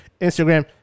Instagram